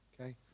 okay